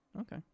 Okay